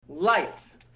Lights